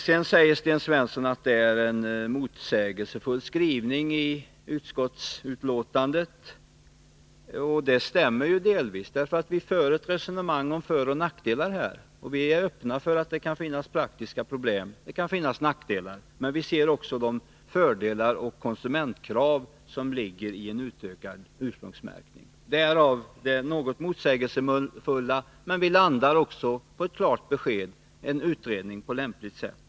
Vidare säger Sten Svensson att skrivningen i utskottsbetänkandet är motsägelsefull. Det stämmer i viss mån. Vi för ju ett resonemang om föroch nackdelar. Vi är öppna för att det kan finnas praktiska problem. Det kan också finnas nackdelar. Men vi uppmärksammar också de fördelar och de konsumentkrav som är förenade med en utökad ursprungsmärkning. Därav kommer det sig att frågan kan tyckas motsägelsefull. Men vi ”landar” också på ett klart besked, en utredning på lämpligt sätt.